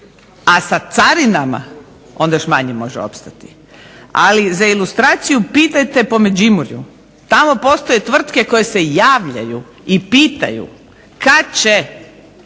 A sa carinama onda još manje može opstati. Ali za ilustraciju pitajte po Međimurju. Tamo postoje tvrtke koje se javljaju i pitaju kad će